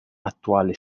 attuale